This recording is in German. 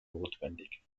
notwendig